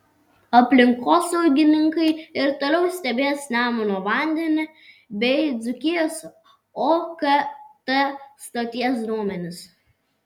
aplinkosaugininkai ir toliau stebės nemuno vandenį bei dzūkijos okt stoties duomenis